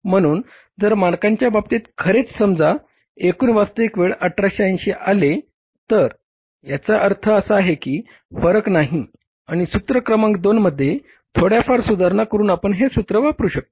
म्हणून जर मानकांच्या बाबतीत खरेच समजा एकूण वास्तविक वेळ 1880 आले तर याचा अर्थ येथे काहीही फरक नाही आणि सूत्र क्रमांक दोनमध्ये थोड्याफार सुधारणा करून आपण हे सूत्र वापरू शकता